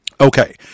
Okay